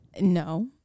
no